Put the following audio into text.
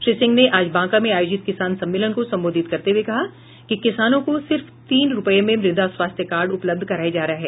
श्री सिंह ने आज बांका में आयोजित किसान सम्मेलन को संबोधित करते हुए कहा कि किसानों को सिर्फ तीन रुपये में मृदा स्वास्थ्य कार्ड उपलब्ध कराया जा रहा है